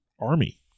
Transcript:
Army